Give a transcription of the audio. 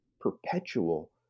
perpetual